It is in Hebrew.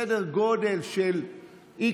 סדר גודל של,